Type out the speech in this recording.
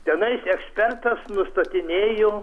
tenais ekspertas nustatinėjo